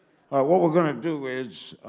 what we're going to do is,